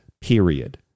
period